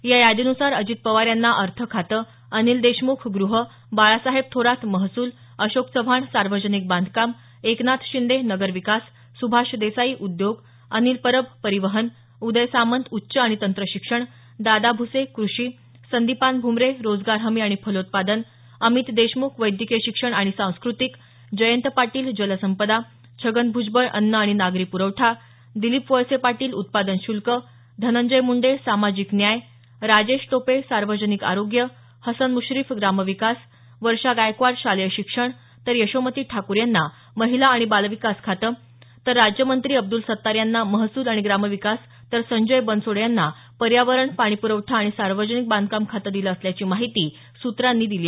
या यादीनुसार अजित पवार यांना अर्थ खातं अनिल देशमुख गृह बाळासाहेब थोरात महसूल अशोक चव्हाण सार्वजनिक बांधकाम एकनाथ शिंदे नगरविकास सुभाष देसाई उद्योग अनिल परब परिवहन उदय सामंत उच्च आणि तंत्रशिक्षण दादा भुसे कृषी संदीपान भुमरे रोजगार हमी आणि फलोत्पादन अमित देशमुख वैद्यकिय शिक्षण आणि सांस्कृतिक जयंत पाटील जलसंपदा छगन भ्जबळ अन्न आणि नागरी प्रवठा दिलीप वळसे पाटील उत्पादन शुल्क धनंजय मुंडे सामाजिक न्याय राजेश टोपे सार्वजनिक आरोग्य हसन मुश्रीफ ग्रामविकास वर्षा गायकवाड शालेय शिक्षण यशोमती ठाकूर यांना महिला आणि बालविकास खातं तर राज्यमंत्री अब्दुल सत्तार यांना महसूल आणि ग्रामविकास तर संजय बनसोडे यांना पर्यावरणपाणीप्रवठा आणि सार्वजनिक बांधकाम खातं दिलं असल्याची माहिती सूत्रांनी दिली